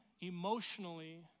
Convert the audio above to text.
emotionally